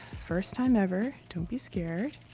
first time ever, don't be scared.